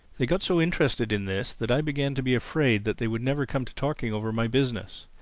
they got so interested in this that i began to be afraid that they would never come to talking over my business.